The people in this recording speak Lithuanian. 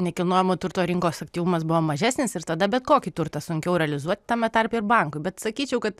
nekilnojamo turto rinkos aktyvumas buvo mažesnis ir tada bet kokį turtą sunkiau realizuoti tame tarpe ir bankui bet sakyčiau kad